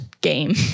game